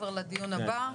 לדיון הבא,